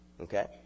Okay